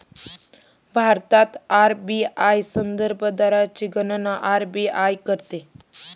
भारतात आर.बी.आय संदर्भ दरची गणना आर.बी.आय करते